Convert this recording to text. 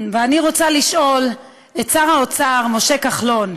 אני רוצה לשאול את שר האוצר משה כחלון: